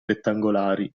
rettangolari